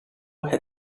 hit